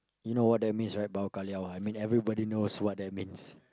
you know what's that means I mean everybody knows what that means